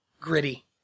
gritty